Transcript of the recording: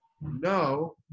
no